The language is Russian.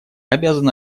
обязаны